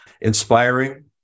inspiring